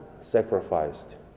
sacrificed